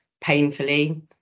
painfully